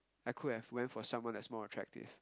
I could have went for someone that's more attractive